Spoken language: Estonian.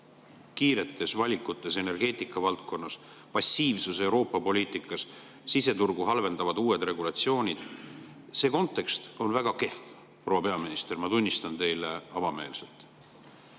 kiirete valikute [tegemisel] energeetikavaldkonnas, passiivsus Euroopa poliitikas, siseturgu halvendavad uued regulatsioonid – see kontekst on väga kehv, proua peaminister, ma tunnistan teile avameelselt.